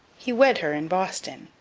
he wed her in boston.